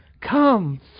come